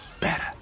better